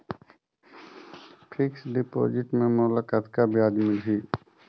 Fixed deposit मे मोला कतका ब्याज मिलही?